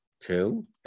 two